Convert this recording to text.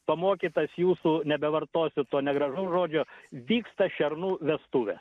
pamokytas jūsų nebevartosiu to negražaus žodžio vyksta šernų vestuvė